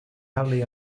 hardly